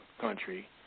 country